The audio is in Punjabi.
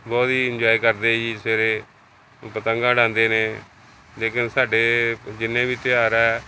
ਬਹੁਤ ਹੀ ਇੰਜੋਏ ਕਰਦੇ ਜੀ ਸਵੇਰੇ ਪਤੰਗਾਂ ਉਡਾਉਂਦੇ ਨੇ ਲੇਕਿਨ ਸਾਡੇ ਜਿੰਨੇ ਵੀ ਤਿਉਹਾਰ ਹੈ